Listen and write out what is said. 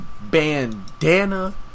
bandana